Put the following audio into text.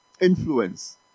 influence